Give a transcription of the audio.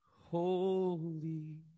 Holy